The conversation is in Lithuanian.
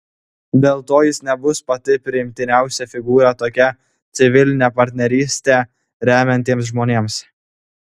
dėl to jis nebus pati priimtiniausia figūra tokią civilinę partnerystę remiantiems žmonėms